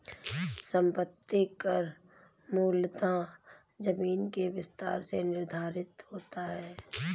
संपत्ति कर मूलतः जमीन के विस्तार से निर्धारित होता है